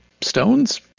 stones